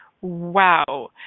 wow